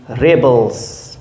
rebels